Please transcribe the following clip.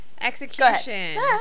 Execution